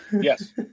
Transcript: Yes